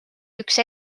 üks